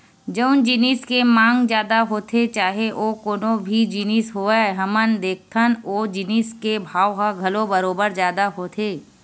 जउन जिनिस के मांग जादा होथे चाहे ओ कोनो भी जिनिस होवय हमन देखथन ओ जिनिस के भाव ह घलो बरोबर जादा होथे